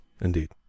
Indeed